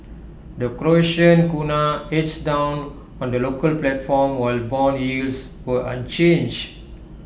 the Croatian Kuna edged down on the local platform while Bond yields were unchanged